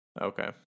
Okay